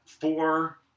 four